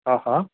हा हा